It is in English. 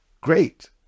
great